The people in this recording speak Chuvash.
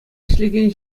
ӗҫлекен